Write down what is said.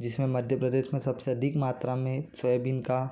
जिसमें मध्य प्रदेश में सबसे अधिक मात्रा में सोयाबीन का